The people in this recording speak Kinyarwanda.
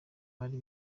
bari